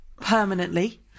permanently